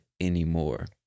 anymore